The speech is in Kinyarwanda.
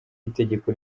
itegeko